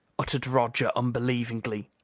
uttered roger unbelievingly.